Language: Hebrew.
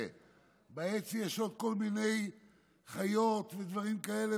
יש עוד כל מיני חיות ודברים כאלה,